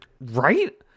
Right